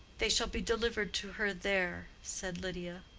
they shall be delivered to her there, said lydia,